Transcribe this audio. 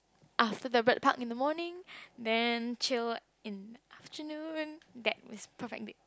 after the Bird Park in the morning then chill in afternoon that was perfect date